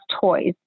toys